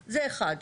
זה 27%,